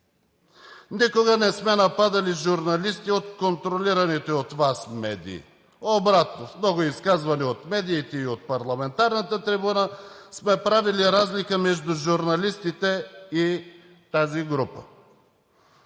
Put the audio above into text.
Никога не сме нападали журналисти от контролираните от Вас медии, а обратно – в много изказвания в медиите и от парламентарната трибуна сме правили разлика между журналистите и тази група.